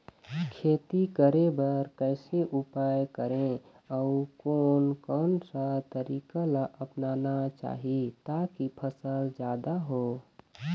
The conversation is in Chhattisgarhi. खेती करें बर कैसे उपाय करें अउ कोन कौन सा तरीका ला अपनाना चाही ताकि फसल जादा हो?